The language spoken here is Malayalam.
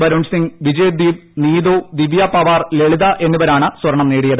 ബരുൺ സിംഗ് വിജയ്ദ്വീപ് നീതു ദിവൃപവാർ ലളിത എന്നിവരാണ് സ്വർണം നേടിയത്